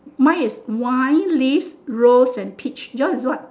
mine is wine leave rose and peach your is what